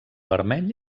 vermell